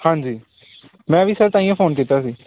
ਹਾਂਜੀ ਮੈਂ ਵੀ ਸਰ ਤਾਂਹੀਓ ਫੋਨ ਕੀਤਾ ਸੀ